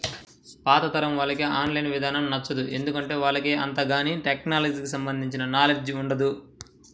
పాతతరం వాళ్లకి online ఇదానం నచ్చదు, ఎందుకంటే వాళ్లకు అంతగాని టెక్నలజీకి సంబంధించిన నాలెడ్జ్ ఉండదు